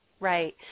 Right